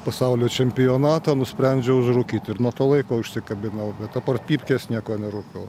pasaulio čempionatą nusprendžiau užrūkyti ir nuo to laiko užsikabinau bet apart pypkės nieko nerūkau